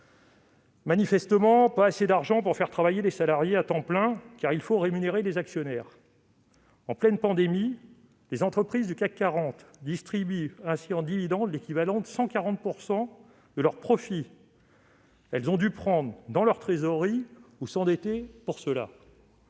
manifestement pas assez d'argent pour faire travailler les salariés à plein temps, car il faut rémunérer les actionnaires ! En pleine pandémie, les entreprises du CAC 40 distribuent ainsi en dividendes l'équivalent de 140 % de leurs profits. Elles ont dû prendre dans leur trésorerie ou s'endetter pour cela.